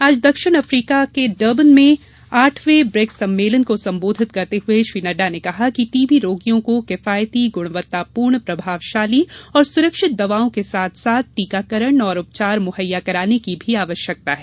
आज दक्षिण अफ्रीका में डरबन में आठवें ब्रिक्सी सम्मेंलन को संबोधित करते हुए श्री नड्डा ने कहा कि टी बी रोगियों को किफायती गुणवत्ता पूर्ण प्रभावशाली और सुरक्षित दवाओं के साथ साथ टीकाकरण और उपचार मुहैया कराने की आवश्यकता है